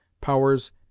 powers